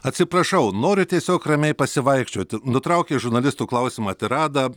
atsiprašau noriu tiesiog ramiai pasivaikščioti nutraukė žurnalistų klausimą tiradą